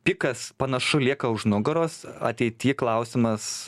pikas panašu lieka už nugaros ateity klausimas